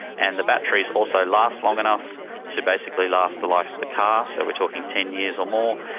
and the batteries also last long enough to basically last the life of the car. so we're talking ten years or more.